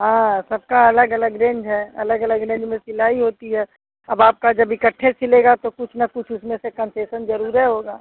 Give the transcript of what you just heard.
हाँ सबका अलग अलग रेन्ज है अलग अलग रेन्ज में सिलाई होती है अब आपका जब इकट्ठे सिलेगा तो कुछ ना कुछ उसमें से कन्सेशन ज़रूर होगा